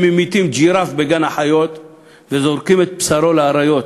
ממיתים ג'ירף בגן-החיות וזורקים את בשרו לאריות,